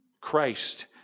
Christ